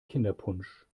kinderpunsch